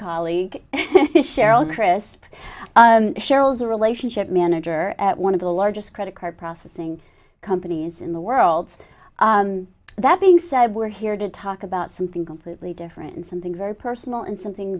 colleague cheryl crisp sheryl's a relationship manager at one of the largest credit card processing companies in the world that being said we're here to talk about something completely different and something very personal and something